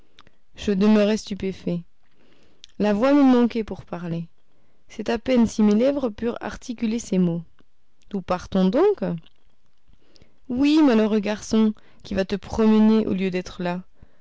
je demeurai stupéfait la voix me manquait pour parler c'est à peine si mes lèvres purent articuler ces mots nous partons donc oui malheureux garçon qui vas te promener au lieu d'être là